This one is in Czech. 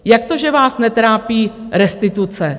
Jak to, že vás netrápí restituce?